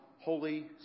Holy